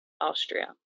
Austria